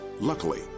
Luckily